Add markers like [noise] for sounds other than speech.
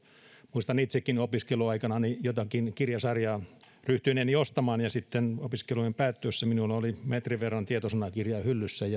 muistan itsekin opiskeluaikanani jotakin kirjasarjaa ryhtyneeni ostamaan ja sitten opiskelujen päättyessä minulla oli metrin verran tietosanakirjaa hyllyssäni [unintelligible]